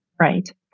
right